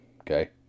okay